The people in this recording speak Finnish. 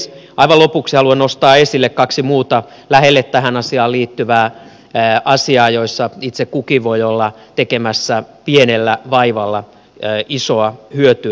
aivan lopuksi haluan nostaa esille kaksi muuta tähän asiaan läheisesti liittyvää asiaa joissa itse kukin voi olla tekemässä pienellä vaivalla isoa hyötyä